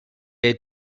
hai